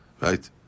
right